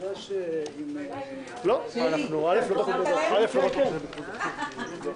אנחנו אישרנו את השינויים.